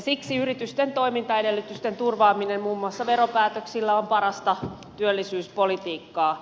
siksi yritysten toimintaedellytysten turvaaminen muun muassa veropäätöksillä on parasta työllisyyspolitiikkaa